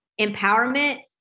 empowerment